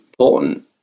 Important